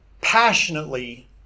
passionately